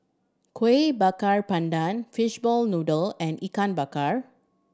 Kuih Bakar Pandan fishball noodle and Ikan Bakar